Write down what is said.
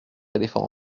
éléphants